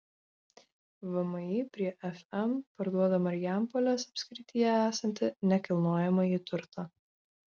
vmi prie fm parduoda marijampolės apskrityje esantį nekilnojamąjį turtą